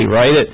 right